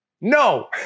No